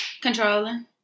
controlling